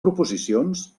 proposicions